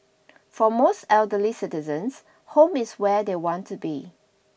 for most elderly citizens home is where they want to be